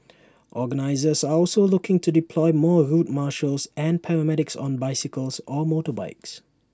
organisers are also looking to deploy more route marshals and paramedics on bicycles or motorbikes